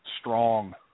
Strong